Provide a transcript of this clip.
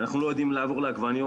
אנחנו לא יודעים לעבור לעגבניות,